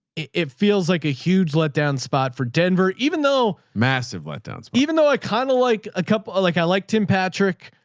it feels like a huge let down spot for denver, even though massive let down, so even though i kind of like a cup, like i like tim patrick,